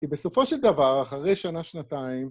כי בסופו של דבר, אחרי שנה-שנתיים...